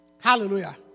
Hallelujah